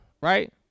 Right